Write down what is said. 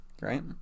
right